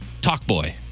Talkboy